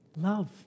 Love